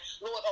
lord